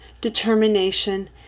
determination